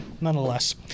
nonetheless